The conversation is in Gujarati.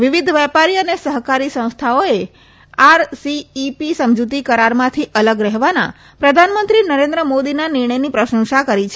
વિવિધ વેપારી અને સહકારી સંસ્થાઓએ આરસીઇપી સમજુતી કરારમાંથી અલગ રહેવાના પ્રધાનમંત્રી નરેન્દ્ર મોદીના નિર્ણયની પ્રશંસા કરી છે